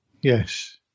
Yes